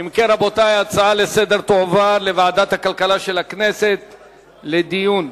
ההצעה תועבר לוועדת הכלכלה של הכנסת לדיון.